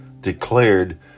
declared